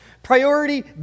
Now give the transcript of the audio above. Priority